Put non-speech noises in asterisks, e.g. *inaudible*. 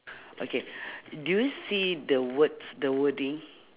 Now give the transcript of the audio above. okay *breath* do you see the words the wording